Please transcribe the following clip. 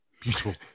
Beautiful